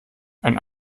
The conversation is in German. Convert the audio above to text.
ein